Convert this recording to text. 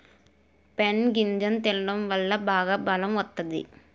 pine గింజలు తినడం వల్ల బాగా బలం వత్తాది